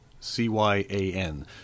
C-Y-A-N